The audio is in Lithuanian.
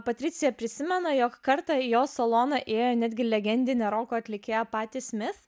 patricija prisimena jog kartą į jos saloną ėjo netgi legendinė roko atlikėjapatty smith